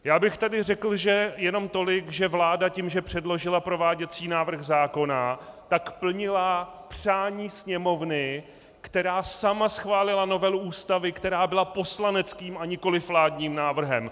Já bych tady řekl jenom tolik, že vláda tím, že předložila prováděcí návrh zákona, plnila přání Sněmovny, která sama schválila novelu Ústavy, která byla poslaneckým a nikoliv vládním návrhem.